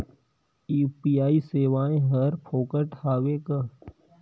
UPI सेवाएं हर फोकट हवय का?